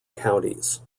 counties